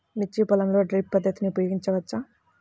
మిర్చి పొలంలో డ్రిప్ పద్ధతిని ఉపయోగించవచ్చా?